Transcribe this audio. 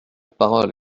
parole